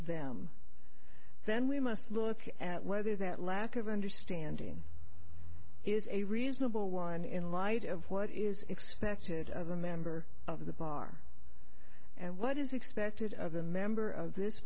them then we must look at whether that lack of understanding is a reasonable one in light of what is expected of a member of the bar and what is expected of a member of this